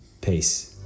peace